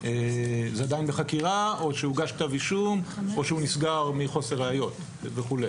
זה עדיין בחקירה או שהוגש כתב אישום או שהוא נסגר מחוסר ראיות וכו'.